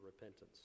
repentance